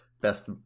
best